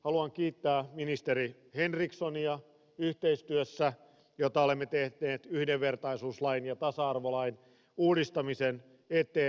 haluan kiittää ministeri henrikssonia yhteistyöstä jota olemme tehneet yhdenvertaisuuslain ja tasa arvolain uudistamisen eteen